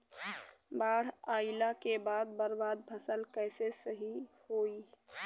बाढ़ आइला के बाद बर्बाद फसल कैसे सही होयी?